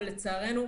ולצערנו,